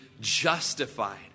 justified